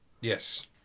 Yes